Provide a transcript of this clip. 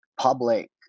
public